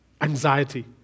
anxiety